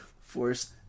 force